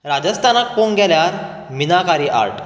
राजस्थानांत पोंक गेल्यार मिनाकरी आर्ट